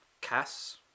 Cass